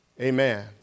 Amen